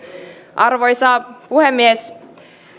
arvoisa puhemies